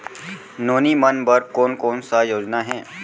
नोनी मन बर कोन कोन स योजना हे?